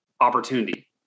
opportunity